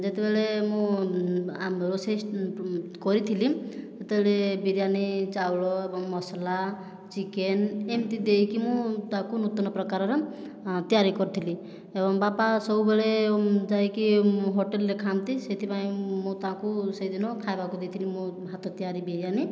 ଯେତେବେଳେ ମୁଁ ରୋଷେଇ କରିଥିଲି ସେତେବେଳେ ବିରିୟାନୀ ଚାଉଳ ଏବଂ ମସଲା ଚିକେନ ଏମିତି ଦେଇକି ମୁଁ ତାକୁ ନୂତନ ପ୍ରକାରର ତିଆରି କରିଥିଲି ଏବଂ ବାପା ସବୁବେଳେ ଯାଇକି ହୋଟେଲରେ ଖାଆନ୍ତି ସେଇଥିପାଇଁ ମୁଁ ତାଙ୍କୁ ସେହିଦିନ ଖାଇବାକୁ ଦେଇଥିଲି ମୋ' ହାତତିଆରି ବିରିୟାନୀ